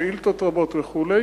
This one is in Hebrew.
שאילתות רבות וכו'.